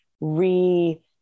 re